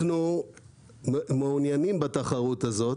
אנחנו מעוניינים בתחרות הזאת,